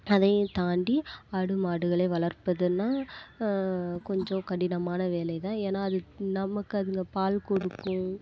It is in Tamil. அதையும் தாண்டி ஆடு மாடுகளை வளர்ப்பதுன்னால் கொஞ்சம் கடினமான வேலைதான் ஏன்னா அதுக்கு நமக்கு அதுங்க பால் கொடுக்கும்